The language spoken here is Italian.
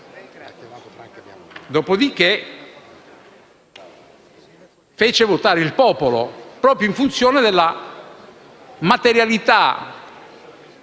ha fatto votare il popolo, proprio in funzione della materialità